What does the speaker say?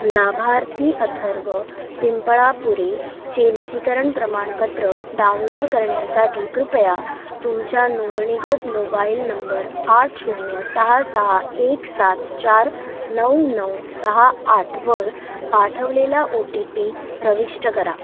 लाभार्थी अथर्व पिंपळापुरेचे लसीकरण प्रमाणपत्र डाउनलोड करण्यासाठी कृपया तुमच्या नोंदणीकृत मोबाईल नंबर आठ शून्य सहा सहा एक सात चार नऊ नऊ सहा आठवर पाठवलेला ओ टी पी प्रविष्ट करा